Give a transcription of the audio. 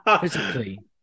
physically